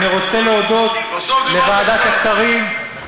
אני רוצה להודות לוועדת השרים,